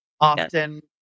often